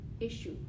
issue